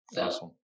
Awesome